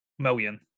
million